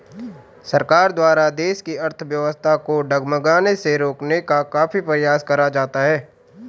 सरकार द्वारा देश की अर्थव्यवस्था को डगमगाने से रोकने का काफी प्रयास करा जाता है